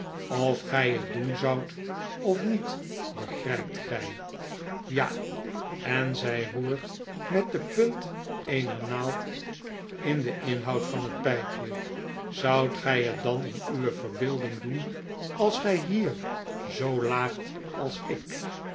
of gij het doen zoudtofniet begrijptgij ja en zij roert met de punt eener naald in den inhoud van het pijpje zoudt gij het dan in uwe verbeelding doen als gij hier zoo laagt als ik